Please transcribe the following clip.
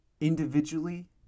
individually